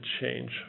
change